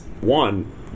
one